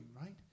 right